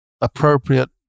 appropriate